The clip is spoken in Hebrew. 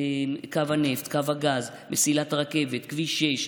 קו הנפט, קו הגז, מסילת הרכבת, כביש 6,